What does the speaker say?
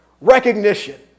recognition